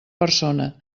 persona